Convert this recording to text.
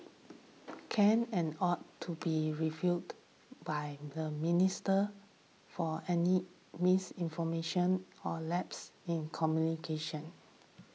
can and ought to be refuted by the minister for any misinformation or lapses in communication